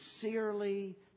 sincerely